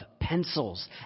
pencils